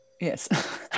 Yes